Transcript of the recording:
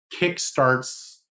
kickstarts